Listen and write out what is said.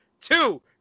Two